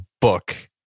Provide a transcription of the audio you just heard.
book